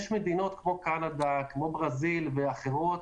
יש מדינות כמו קנדה, ברזיל ואחרות,